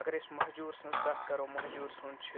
اگر أسۍ مہجوٗر سٕنٛز کَتھ کَرو مہجوٗر سُنٛد چھِ